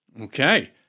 Okay